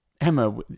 emma